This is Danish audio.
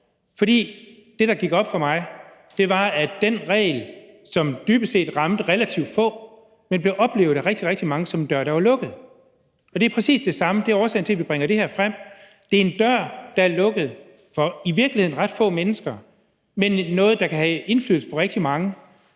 For det, der gik op for mig, var, at den regel, som dybest set ramte relativt få, blev oplevet af rigtig, rigtig mange som en dør, der var lukket. Og det er præcis det samme – det er årsagen til, at vi bringer det her frem. Det er en dør, der er lukket for i virkeligheden ret få mennesker, men noget, der kan have indflydelse på rigtig mange.